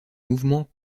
monument